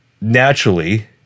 naturally